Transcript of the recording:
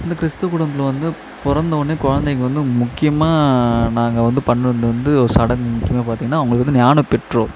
இந்த கிறிஸ்துவ குடும்பத்தில் வந்து பிறந்தோனே குழந்தைக்கி வந்து முக்கியமாக நாங்கள் வந்து பண்ணுறது வந்து ஒரு சடங்கு முக்கியமாக பார்த்திங்கன்னா அவங்களுக்கு வந்து ஞானப்பெற்றோர்